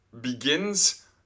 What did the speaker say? begins